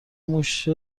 موش